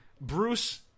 Bruce